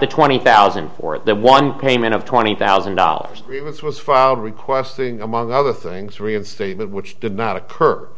the twenty thousand for that one payment of twenty thousand dollars this was filed requesting among other things reinstatement which did not occur